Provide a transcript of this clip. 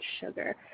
sugar